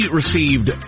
received